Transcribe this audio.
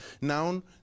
Now